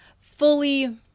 fully